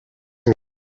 une